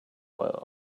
were